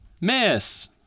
Miss